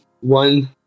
one